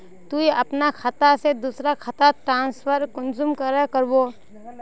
तुई अपना खाता से दूसरा खातात ट्रांसफर कुंसम करे करबो?